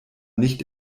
nicht